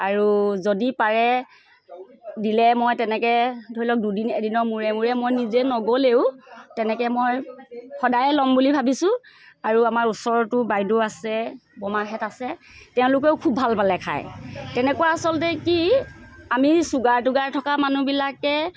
আৰু যদি পাৰে দিলে মই তেনেকৈ ধৰি লওক দুদিন এদিনৰ মূৰে মূৰে মই নিজে নগ'লেও তেনেকৈ মই সদায়ে ল'ম বুলি ভাবিছোঁ আৰু আমাৰ ওচৰতো বাইদেউ আছে বৰমাহেঁত আছে তেওঁলোকেও খুব ভাল পালে খায় তেনেকুৱা আচলতে কি আমি চুগাৰ তুগাৰ থকা মানুহবিলাকে